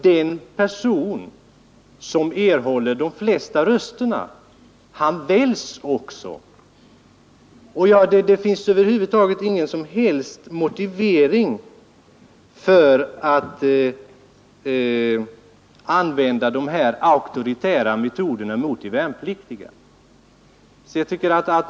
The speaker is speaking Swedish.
Den person som erhåller de flesta rösterna bör utses. Det finns ingen som helst motivering för att använda de här auktoritära metoderna mot de värnpliktiga.